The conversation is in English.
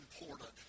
important